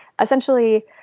essentially